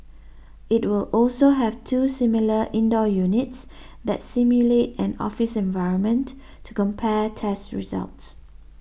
it will also have two similar indoor units that simulate an office environment to compare tests results